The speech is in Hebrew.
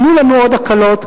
תנו לנו עוד הקלות,